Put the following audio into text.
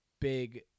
big